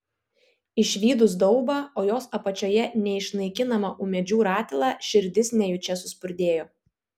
išvydus daubą o jos apačioje neišnaikinamą ūmėdžių ratilą širdis nejučia suspurdėjo